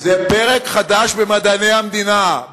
זה פרק חדש במדעי המדינה.